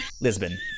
lisbon